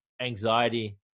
anxiety